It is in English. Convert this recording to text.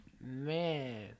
Man